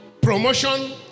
promotion